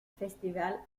festival